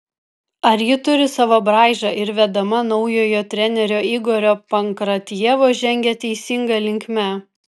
ar ji turi savo braižą ir vedama naujojo trenerio igorio pankratjevo žengia teisinga linkme